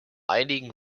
einigen